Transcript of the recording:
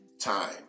Time